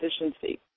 efficiency